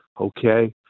okay